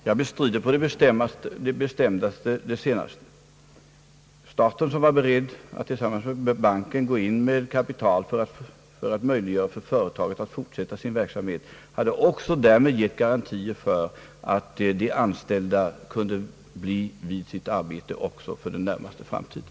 Herr talman! Jag bestrider på det bestämdaste det senast sagda. Staten var beredd att tillsammans med banken satsa ett kapital för att möjliggöra för företaget att fortsätta sin verksamhet och hade därmed gett garantier för att de anställda kunde bli vid sitt arbete för den närmaste framtiden.